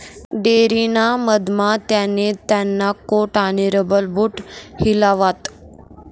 dairy ना मधमा त्याने त्याना कोट आणि रबर बूट हिलावात